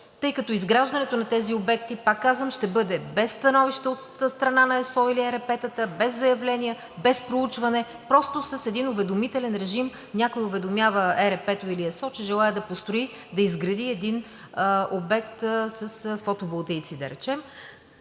тъй като изграждането на тези обекти, пак казвам, ще бъде без становище от страна на ЕСО или ЕРП-тата без заявления, без проучване, просто с един уведомителен режим – някой уведомява ЕРП-то или ЕСО, че желае да построи, да изгради един обект с фотоволтаици, да речем,